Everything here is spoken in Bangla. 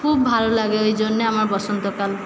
খুব ভালো লাগে এই জন্যে আমার বসন্তকাল